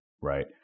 right